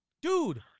Dude